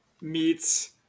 meets